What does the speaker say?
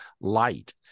light